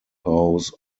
house